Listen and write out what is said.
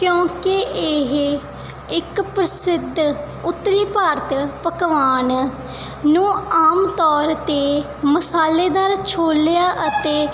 ਕਿਉਂਕਿ ਇਹ ਇੱਕ ਪ੍ਰਸਿੱਧ ਉੱਤਰੀ ਭਾਰਤ ਪਕਵਾਨ ਨੂੰ ਆਮ ਤੌਰ 'ਤੇ ਮਸਾਲੇਦਾਰ ਛੋਲਿਆਂ ਅਤੇ